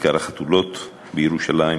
ב"כיכר החתולות" בירושלים,